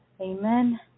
Amen